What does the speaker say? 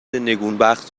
نگونبخت